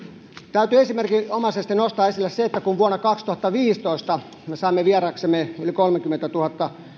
täytyy esimerkinomaisesti nostaa esille se että kun vuonna kaksituhattaviisitoista me saimme vieraaksemme yli kolmekymmentätuhatta